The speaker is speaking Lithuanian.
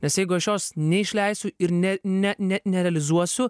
nes jeigu aš jos neišleisiu ir ne ne ne nerealizuosiu